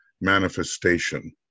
manifestation